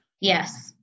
Yes